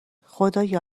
خدایا